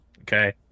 okay